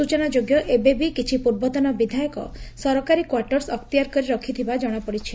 ସୂଚନାଯୋଗ୍ୟ ଏବେବି କିଛି ପୂର୍ବତନ ବିଧାୟକ ସରକାରୀ କ୍ୱାର୍ଟସ ଅକ୍ତିଆର କରି ରଖିଥିବା ଜଶାପଡିଛି